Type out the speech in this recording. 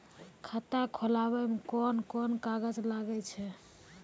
खाता खोलावै मे कोन कोन कागज लागै छै?